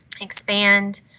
expand